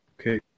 Okay